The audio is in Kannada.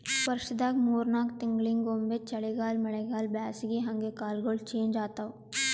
ವರ್ಷದಾಗ್ ಮೂರ್ ನಾಕ್ ತಿಂಗಳಿಂಗ್ ಒಮ್ಮ್ ಚಳಿಗಾಲ್ ಮಳಿಗಾಳ್ ಬ್ಯಾಸಗಿ ಹಂಗೆ ಕಾಲ್ಗೊಳ್ ಚೇಂಜ್ ಆತವ್